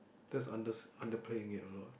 that's under underplaying it a lot